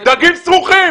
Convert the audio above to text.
דגים סרוחים.